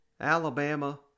Alabama